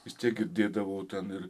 vis tiek girdėdavau ten ir